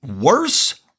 worse